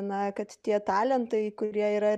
na kad tie talentai kurie yra